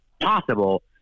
possible